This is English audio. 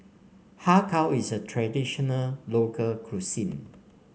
Har Kow is a traditional local cuisine